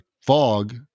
fog